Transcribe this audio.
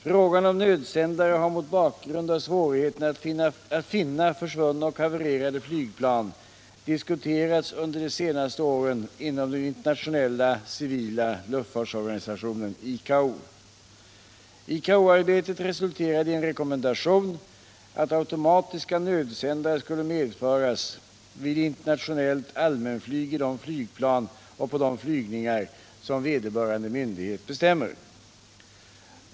Frågan om nödsändare har mot bakgrund av svårigheten att finna försvunna och havererade flygplan diskuterats under de senaste åren inom den internationella civila luftfartsorganisationen —- ICAO. ICAO-arbetet resulterade i en rekommendation att automatiska nödsändare skulle medföras vid internationellt allmänflyg i de Nygplan och på de flygningar som vederbörande myndighet bestämde.